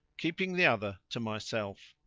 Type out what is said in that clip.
keeping the other to my self.